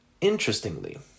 interestingly